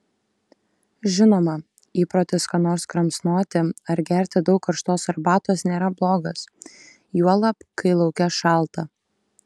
žinoma įprotis ką nors kramsnoti ar gerti daug karštos arbatos nėra blogas juolab kai lauke šalta